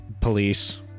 police